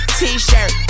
T-shirt